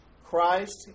Christ